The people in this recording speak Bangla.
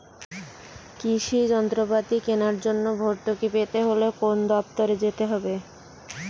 কৃষি যন্ত্রপাতি কেনার জন্য ভর্তুকি পেতে হলে কোন দপ্তরে যেতে হবে?